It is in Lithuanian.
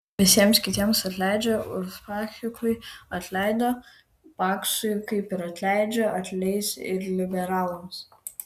visiems kitiems atleidžia uspaskichui atleido paksui kaip ir atleidžia atleis ir liberalams